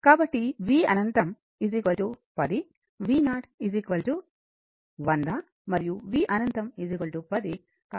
కాబట్టి v అనంతం 10 v0 100 మరియు v అనంతం 10